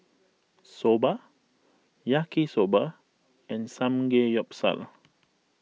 Soba Yaki Soba and Samgeyopsal